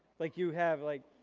like, you have like,